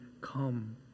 come